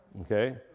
Okay